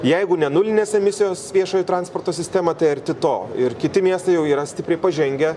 jeigu ne nulinės emisijos viešojo transporto sistemą tai arti to ir kiti miestai jau yra stipriai pažengę